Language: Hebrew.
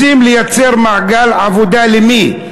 רוצים לייצר מעגל עבודה למי?